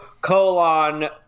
Colon